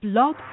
Blog